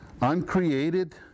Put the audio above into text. uncreated